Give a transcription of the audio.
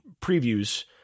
previews